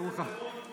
ברוך הבא, ייסורים.